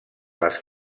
les